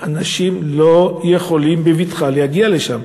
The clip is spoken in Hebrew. אנשים לא יכולים בבטחה להגיע לשם.